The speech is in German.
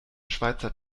schweizer